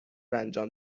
انجام